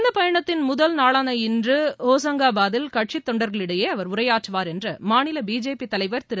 இந்தப் பயணத்தின் முதல் நாளான இன்று ஹோசங்காபாதில் கட்சித் தொண்டர்களிடையே அவர் உரையாற்றுவார் என்று மாநில பிஜேபி தலைவர் திரு